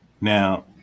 Now